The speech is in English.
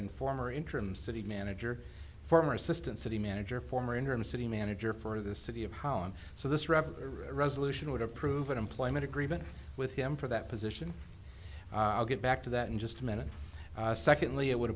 and former interim city manager former assistant city manager former interim city manager for the city of holland so this referee resolution would approve an employment agreement with him for that position i'll get back to that in just a minute secondly i would